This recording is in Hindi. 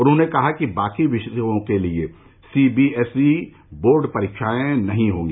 उन्होंने कहा कि बाकी विषयों के लिए C B S E board परीक्षाएं नहीं होंगी